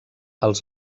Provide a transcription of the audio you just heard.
als